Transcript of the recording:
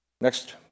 Next